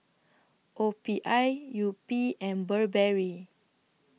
O P I Yupi and Burberry